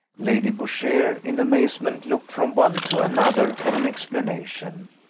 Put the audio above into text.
lady boucher, in amazement, looked from one to another for an explanation,